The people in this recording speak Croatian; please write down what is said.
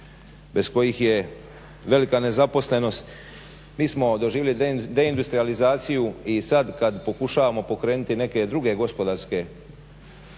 bez kojih je velika nezaposlenost. Mi smo doživjeli deindustrijalizaciju i sad kad pokušavamo pokrenuti neke druge gospodarske